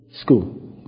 school